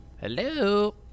Hello